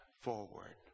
forward